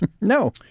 No